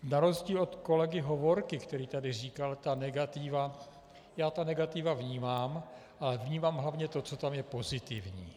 Na rozdíl od kolegy Hovorky, který tady říkal ta negativa, já ta negativa vnímám, ale vnímám hlavně to, co tam je pozitivní.